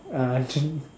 uh